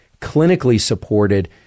clinically-supported